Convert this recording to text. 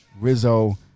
Rizzo